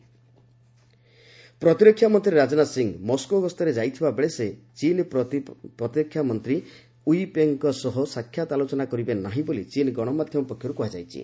Rajnath Moscow ପ୍ରତିରକ୍ଷାମନ୍ତ୍ରୀ Rajnath Singh Moscow ଗସ୍ତରେ ଯାଇଥିବା ବେଳେ ସେ ଚୀନ୍ ପ୍ରତିରକ୍ଷାମନ୍ତ୍ରୀ ଓ୍ୱି ଫେଙ୍ଗ୍ଙ୍କ ସହ ସାକ୍ଷାତ ଆଲୋଚନା କରିବେ ନାହିଁ ବୋଲି ଚୀନ୍ ଗଣମାଧ୍ୟମ ପକ୍ଷରୁ କୁହାଯାଇଛି